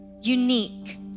unique